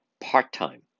part-time